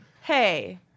Hey